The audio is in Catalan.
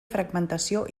fragmentació